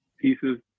pieces